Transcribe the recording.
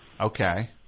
Okay